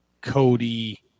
Cody